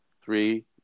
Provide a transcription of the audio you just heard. Three